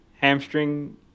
hamstring